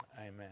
Amen